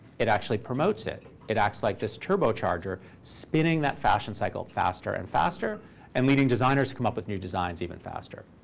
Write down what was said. it actually promotes it. it acts like this turbocharger, spinning that fashion cycle faster and faster and leading designers to come up with new designs even faster.